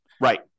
Right